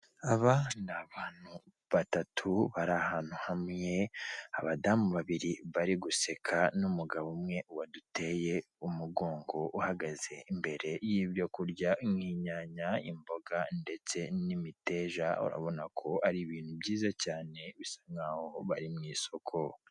Aba ni abantu batatu bari ahantu hamwe abadamu babiri bari guseka n'umugabo umwe waduteye umugongo uhagaze imbere y'ibyo kurya n'inyanya, imboga ndetse n'imiteja. Urabona ko ari ibintu byiza cyane bisa nkaho bari mu isoko.